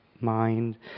mind